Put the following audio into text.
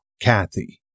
Kathy